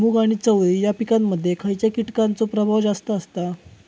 मूग आणि चवळी या पिकांमध्ये खैयच्या कीटकांचो प्रभाव जास्त असता?